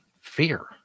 fear